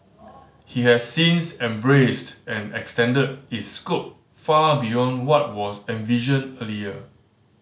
he has since embraced and extended its scope far beyond what was envisioned earlier